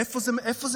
איפה זה בתקציב?